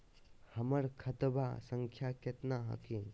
हमर खतवा संख्या केतना हखिन?